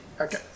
Okay